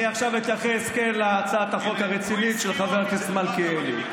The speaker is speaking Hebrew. אני עכשיו אתייחס להצעת החוק הרצינית של חבר הכנסת מלכיאלי,